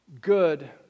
good